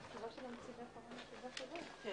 הישיבה ננעלה בשעה 11:00.